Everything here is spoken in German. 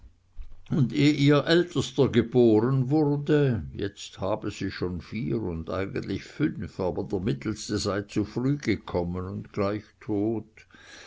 und eh ihr ältester geboren wurde jetzt habe sie schon vier und eigentlich fünf aber der mittelste sei zu früh gekommen und gleich tot